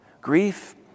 Grief